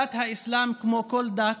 דת האסלאם, כמו כל דת,